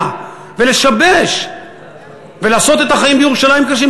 להפריע ולשבש ולעשות את החיים בירושלים קשים.